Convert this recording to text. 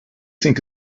think